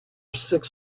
six